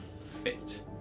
fit